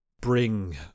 bring